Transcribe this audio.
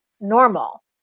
normal